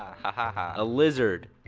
hahaha. a lizard.